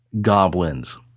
goblins